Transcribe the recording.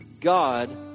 God